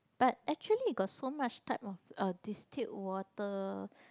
but actually got so much type of distilled water